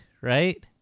right